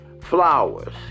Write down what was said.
flowers